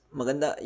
maganda